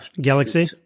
galaxy